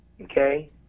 Okay